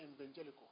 evangelical